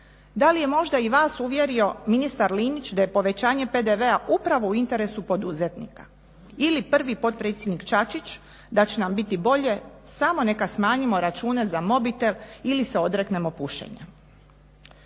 Da li je možda i vas uvjerio ministar Linić da je povećanje PDV-a upravo u interesu poduzetnika ili prvi potpredsjednik Čačić da će nam biti bolje, samo neka smanjimo račune za mobitel ili se odreknemo pušenja.